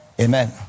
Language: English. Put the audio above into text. Amen